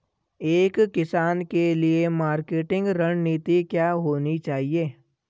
एक किसान के लिए मार्केटिंग रणनीति क्या होनी चाहिए?